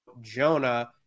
Jonah